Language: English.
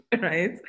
right